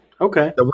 Okay